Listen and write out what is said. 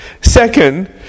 Second